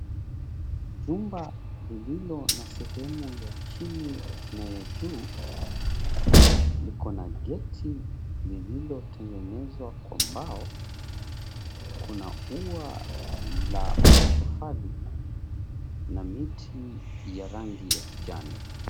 Jumba lililo na sehemu ya chini na ya juu, liko na geti lililotengenezwa kwa mbao. Kuna ua la matofali, na miti ya rangi ya kijani.